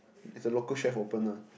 is a local chef open lah